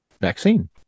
vaccine